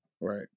right